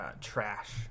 trash